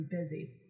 busy